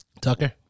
Tucker